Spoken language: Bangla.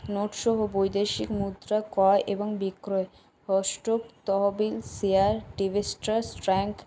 নোটসহ বৈদেশিক মুদ্রা ক্রয় এবং বিক্রয় অস্টক তহবিল সিআর